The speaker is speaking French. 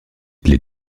les